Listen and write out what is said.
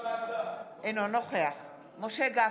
אינו נוכח משה גפני,